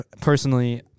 personally